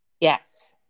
Yes